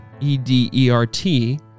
E-D-E-R-T